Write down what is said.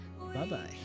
Bye-bye